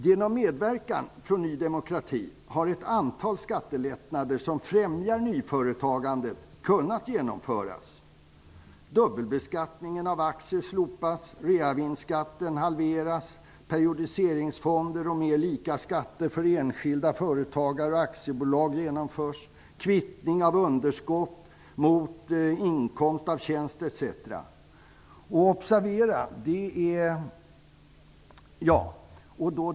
Genom medverkan från Ny demokrati har ett antal skattelättnader som främjar nyföretagandet kunnat genomföras. Dubbelbeskattningen av aktier slopas, reavinstskatten halveras, periodiseringsfonder och mer lika skatter för enskilda företag och aktiebolag genomförs, samt kvittning av underskott mot inkomst av tjänst etc.